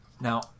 Now